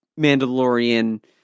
Mandalorian